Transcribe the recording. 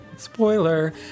spoiler